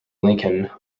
lincoln